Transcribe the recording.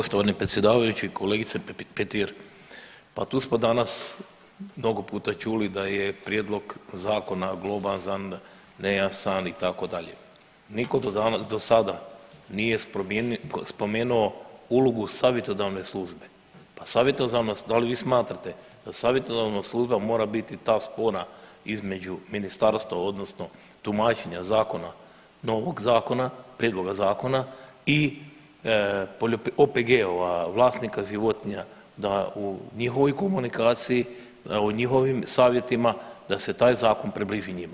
Poštovani predsjedavajući i kolegice Petir, pa tu smo danas mnogo puta čuli da je prijedlog zakona glomazan, nejasan itd., niko do sada nije spomenuo ulogu savjetodavne službe, pa savjetodavna, da li vi smatrate da savjetodavna služba mora biti ta spona između ministarstva odnosno tumačenja zakona, novog zakona, prijedloga zakona i OPG-ova, vlasnika životinja, da u njihovoj komunikaciji i u njihovim savjetima da se taj zakon približi njima.